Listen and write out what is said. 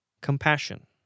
compassion